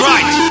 Right